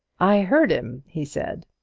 i heard him, he said.